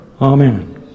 Amen